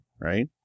right